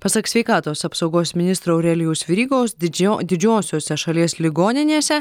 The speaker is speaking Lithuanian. pasak sveikatos apsaugos ministro aurelijaus verygos didžio didžiosiose šalies ligoninėse